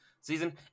season